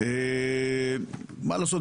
מה לעשות,